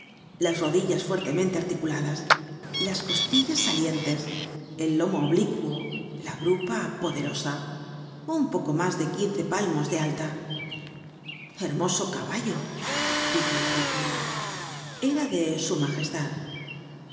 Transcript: las rodillas fuertemente articuladas las costillas sa mentes el lomo oblicuo la grupa poderosa un poco mas de quince palmos de alta content from google book search generated at hermoso caballo dijo el peluquero era de s